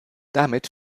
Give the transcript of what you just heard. damit